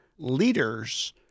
Leaders